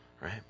right